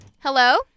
Hello